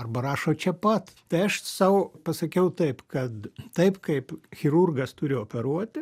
arba rašo čia pat tai aš sau pasakiau taip kad taip kaip chirurgas turi operuoti